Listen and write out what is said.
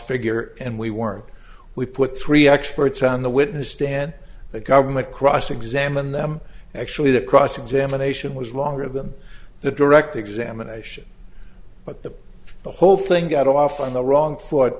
figure and we weren't we put three experts on the witness stand the government cross examined them actually the cross examination was longer of them the direct examination but the whole thing got off on the wrong foot